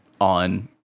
on